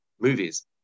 movies